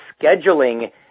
scheduling